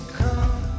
come